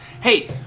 Hey